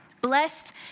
Blessed